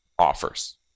offers